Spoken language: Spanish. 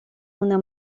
una